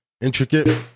intricate